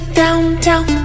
downtown